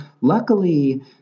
luckily